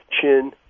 chin